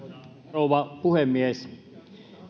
rouva puhemies